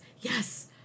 Yes